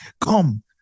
come